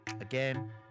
again